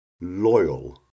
loyal